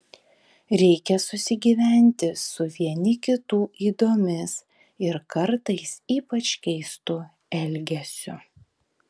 reikia susigyventi su vieni kitų ydomis ir kartais ypač keistu elgesiu